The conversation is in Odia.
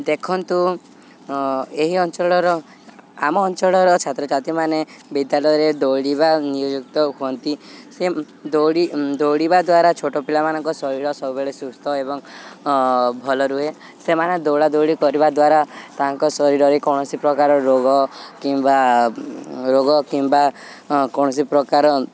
ଦେଖନ୍ତୁ ଏହି ଅଞ୍ଚଳର ଆମ ଅଞ୍ଚଳର ଛାତ୍ରଛାତ୍ରୀମାନେ ବିଦ୍ୟାଳୟରେ ଦୌଡ଼ିବା ନିଯୁକ୍ତ ହୁଅନ୍ତି ସେ ଦୌଡ଼ି ଦୌଡ଼ିବା ଦ୍ୱାରା ଛୋଟ ପିଲାମାନଙ୍କ ଶରୀର ସବୁବେଳେ ସୁସ୍ଥ ଏବଂ ଭଲ ରୁହେ ସେମାନେ ଦୌଡ଼ା ଦୌଡ଼ି କରିବା ଦ୍ୱାରା ତାଙ୍କ ଶରୀରରେ କୌଣସି ପ୍ରକାର ରୋଗ କିମ୍ବା ରୋଗ କିମ୍ବା କୌଣସି ପ୍ରକାର